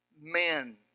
men